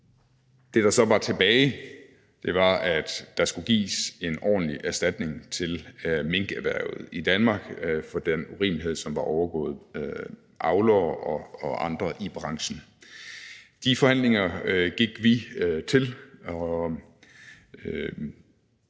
Det, der så var tilbage, var, at der skulle gives en ordentlig erstatning til minkerhvervet i Danmark for den urimelighed, som var overgået avlere og andre i branchen. De forhandlinger gik vi til, og